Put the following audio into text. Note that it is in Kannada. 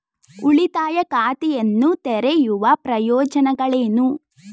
ಉಳಿತಾಯ ಖಾತೆಯನ್ನು ತೆರೆಯುವ ಪ್ರಯೋಜನಗಳೇನು?